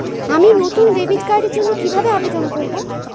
আমি নতুন ডেবিট কার্ডের জন্য কিভাবে আবেদন করব?